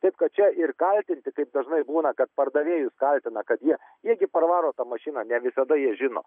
taip kad čia ir kaltinti kaip dažnai būna kad pardavėjus kaltina kad jie irgi parvaro tą mašiną ne visada jie žino